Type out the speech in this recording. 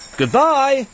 goodbye